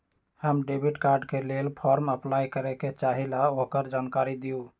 हम debit card के लेल फॉर्म अपलाई करे के चाहीं ल ओकर जानकारी दीउ?